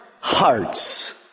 hearts